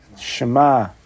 shema